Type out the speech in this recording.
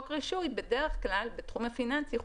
בתחום הפיננסים,